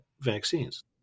vaccines